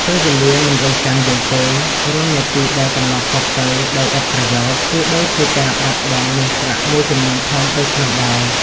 ពេលវេលាមិនរងចាំយើងទេ រាល់នាទីដែលកន្លងផុតទៅដោយឥតប្រយោជន៍ គឺដូចជាការបាត់បង់មាសប្រាក់មួយចំនួនធំដូច្នោះដែរ។